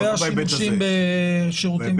היקפי השימושים בשירותים בנקאיים.